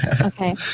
Okay